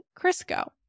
Crisco